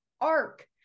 arc